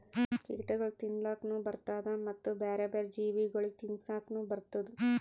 ಕೀಟಗೊಳ್ ತಿನ್ಲುಕನು ಬರ್ತ್ತುದ ಮತ್ತ ಬ್ಯಾರೆ ಬ್ಯಾರೆ ಜೀವಿಗೊಳಿಗ್ ತಿನ್ಸುಕನು ಬರ್ತ್ತುದ